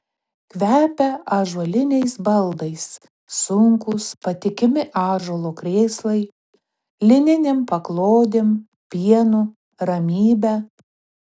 kvepia ąžuoliniais baldais sunkūs patikimi ąžuolo krėslai lininėm paklodėm pienu ramybe